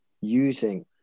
using